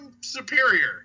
superior